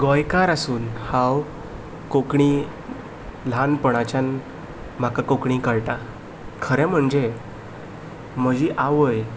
गोंयकार आसून हांव कोंकणी ल्हानपणाच्यान म्हाका कोंकणी कळटा खरें म्हणजे म्हजी आवय